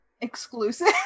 exclusive